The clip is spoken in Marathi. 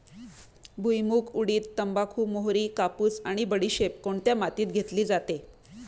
भुईमूग, उडीद, तंबाखू, मोहरी, कापूस आणि बडीशेप कोणत्या मातीत घेतली जाते?